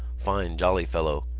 fine, jolly fellow!